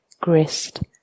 grist